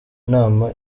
nama